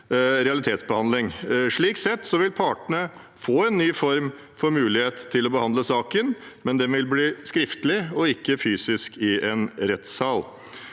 Slik sett vil partene få en ny form for mulighet til å behandle saken, men den vil bli skriftlig, og ikke fysisk i en rettssal.